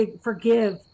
forgive